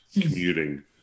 commuting